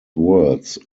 words